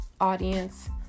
audience